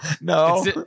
No